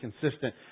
consistent